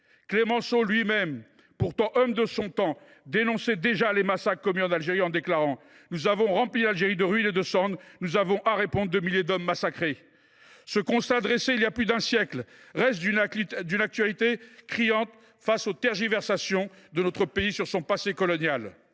Clemenceau lui même, pourtant homme de son temps, dénonçait déjà les massacres commis en Algérie en déclarant :« Nous avons rempli l’Algérie de ruines et de cendres, nous avons à répondre de milliers d’hommes massacrés. » Ce constat dressé il y a plus d’un siècle reste d’une actualité criante face aux tergiversations de notre pays sur son passé colonial.